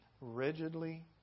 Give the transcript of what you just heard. rigidly